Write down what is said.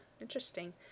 interesting